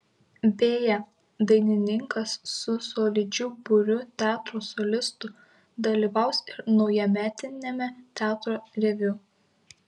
beje dainininkas su solidžiu būriu teatro solistų dalyvaus ir naujametiniame teatro reviu